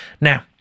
now